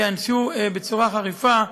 וייענשו בצורה חריפה,